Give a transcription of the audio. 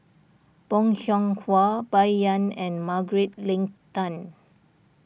Bong Hiong Hwa Bai Yan and Margaret Leng Tan